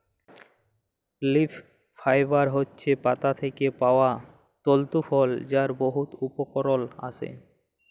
leaf fibre হছে পাতা থ্যাকে পাউয়া তলতু ফল যার বহুত উপকরল আসে